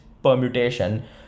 permutation